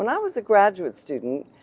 and um was a graduate student,